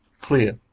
clear